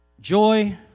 joy